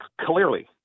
clearly